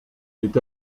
est